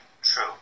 true